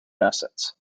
assets